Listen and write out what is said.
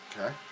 Okay